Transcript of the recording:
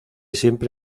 siempre